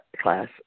class